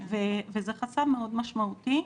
וזה חסם מאוד משמעותי.